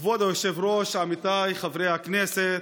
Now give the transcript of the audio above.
כבוד היושב-ראש, עמיתיי חברי הכנסת,